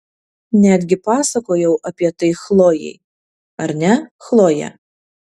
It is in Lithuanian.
netgi pasakojau apie tai chlojei ar ne chloje